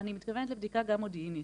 אני מתכוונת גם לבדיקה מודיעינית.